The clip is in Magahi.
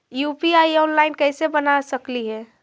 यु.पी.आई ऑनलाइन कैसे बना सकली हे?